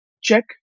check